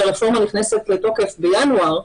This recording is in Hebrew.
שהרפורמה נכנסת לתוקף בינואר,